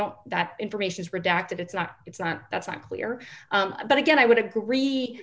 don't that information is redacted it's not it's not that's not clear but again i would agree